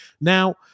Now